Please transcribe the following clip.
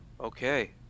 okay